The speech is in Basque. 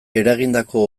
eragindako